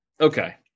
okay